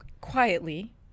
quietly